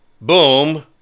boom